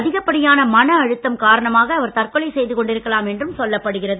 அதிகப்படியான மன அழுத்தம் காரணமாக அவர் தற்கொலை செய்து கொண்டிருக்கலாம் என்றும் சொல்லப்படுகிறது